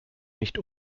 nicht